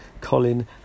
Colin